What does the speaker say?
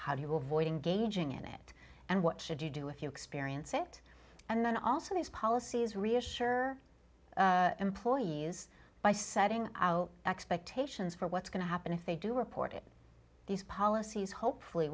you avoid engaging in it and what should you do if you experience it and then also these policies reassure employees by setting out expectations for what's going to happen if they do report it these policies hopefully